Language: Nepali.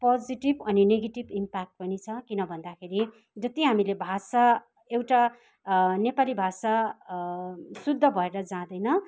पोजिटिभ अनि नेगेटिभ इम्प्याकट पनि छ किन भन्दाखेरि जति हामीले भाषा एउटा नेपाली भाषा शुद्ध भएर जाँदैन